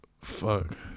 Fuck